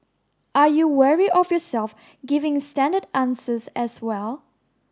are you wary of yourself giving standard answers as well